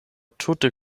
tute